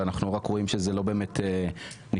ואנחנו רואים שזה לא באמת נפתר.